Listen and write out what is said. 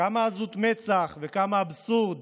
כמה עזות מצח וכמה אבסורד